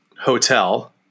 hotel